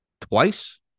twice